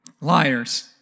Liars